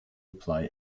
apply